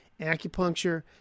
acupuncture